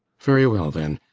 very well then.